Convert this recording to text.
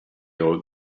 old